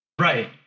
Right